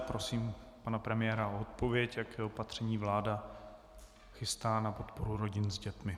Prosím pana premiéra o odpověď, jaká opatření vláda chystá na podporu rodin s dětmi.